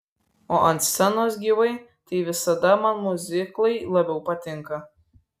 o ant scenos gyvai tai visada man miuziklai labiau patinka